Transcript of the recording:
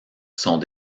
sont